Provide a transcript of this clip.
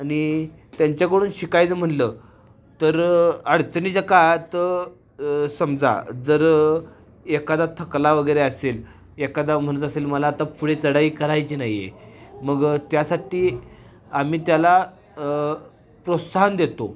आणि त्यांच्याकडून शिकायचं म्हनलं तर अडचणी च्याकाळात समजा जर एखादा थकला वगैरे असेल एकादा म्हणत असेल मला आता पुढे चढाई करायची नाहीये मग त्यासाठी आम्ही त्याला प्रोत्साहन देतो